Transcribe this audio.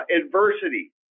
adversity